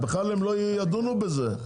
בכלל הם לא ידונו בזה,